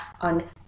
on